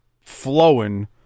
flowing